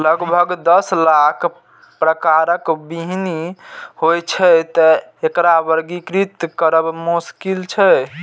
लगभग दस लाख प्रकारक बीहनि होइ छै, तें एकरा वर्गीकृत करब मोश्किल छै